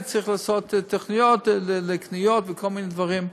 וצריך לעשות תוכניות לקניות וכל מיני דברים.